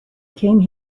came